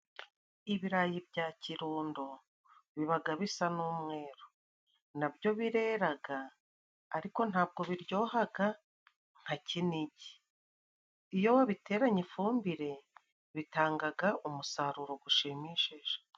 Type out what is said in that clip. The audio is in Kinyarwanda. Ibirayi bya kirundo bibaga bisa n'umweru, nabyo bireraga, ariko ntabwo biryohaga nka kinigi iyo wabiteranye ifumbire bitangaga umusaruro gushimishije.